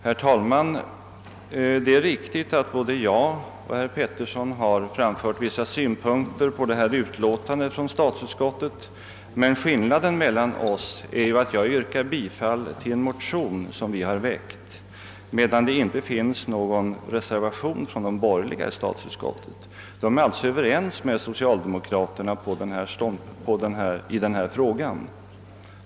Herr talman! Det är riktigt att både jag och herr Petersson framfört vissa synpunkter på detta utlåtande från statsutskottet, men skillnaden mellan oss är att jag yrkar bifall till en motion som vi har väckt medan de borgerliga i statsutskottet inte avgivit någon reservation; de är alltså ense med socialdemokraterna i denna fråga.